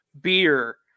beer